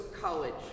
college